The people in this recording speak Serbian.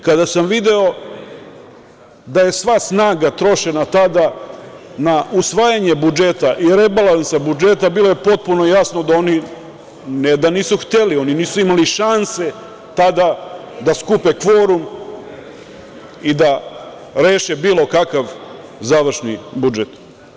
Kada sam video da je sva snaga trošena tada na usvajanje budžeta i rebalansa budžeta, bilo je potpuno jasno da oni, ne da nisu hteli, oni nisu imali šanse tada da skupe kvorum i da reše bilo kakav završni budžet.